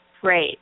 great